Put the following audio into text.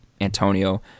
Antonio